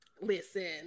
Listen